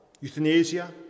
euthanasia